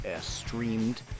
streamed